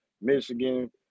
Michigan